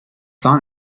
son